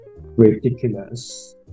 Ridiculous